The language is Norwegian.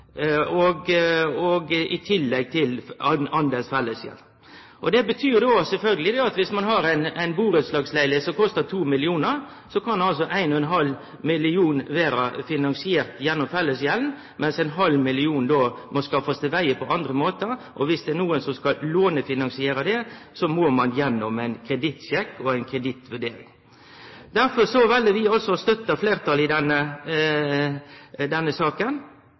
av burettslagskostnaden, i tillegg til del av fellesgjeld. Det betyr sjølvsagt at dersom ein har ein burettslagsleilegheit som kostar 2 mill. kr, kan altså 1,5 mill. kr vere finansiert gjennom fellesgjelda, mens 0,5 mill. kr då må skaffast til vegar på andre måtar. Dersom det er nokon som skal lånefinansiere det, må dei gjennom ei kredittvurdering. Derfor vel vi å støtte fleirtalet i denne saka.